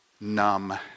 Numb